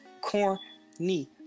corny